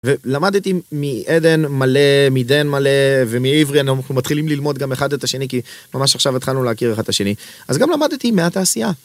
ולמדתי מאדן מלא, מדן מלא ומעברי, אנחנו מתחילים ללמוד גם אחד את השני כי ממש עכשיו התחלנו להכיר אחד את השני. אז גם למדתי מהתעשייה.